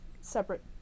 separate